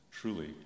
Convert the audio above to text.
Truly